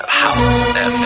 house